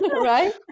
right